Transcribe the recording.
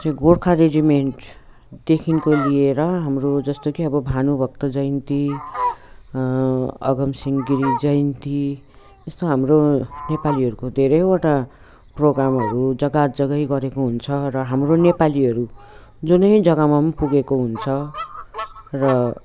चाहिँ गोर्खा रेजिमेन्टदेखिको लिएर हाम्रो जस्तो कि अब भानुभक्त जयन्ती अगम सिंह गिरी जयन्ती यस्तो हाम्रो नेपालीहरूको धेरैवटा प्रोग्रामहरू जग्गा जग्गै गरेको हुन्छ र हाम्रो नेपालीहरू जुनै जग्गामा पनि पुगेको हुन्छ र